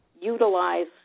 utilize